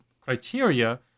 criteria